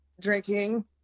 drinking